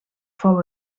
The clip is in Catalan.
fou